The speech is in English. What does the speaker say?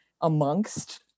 amongst